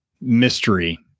mystery